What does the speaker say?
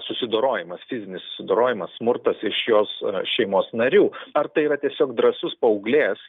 susidorojimas fizinis susidorojimas smurtas iš jos šeimos narių ar tai yra tiesiog drąsus paauglės